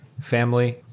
family